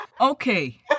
Okay